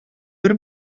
бер